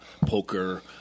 poker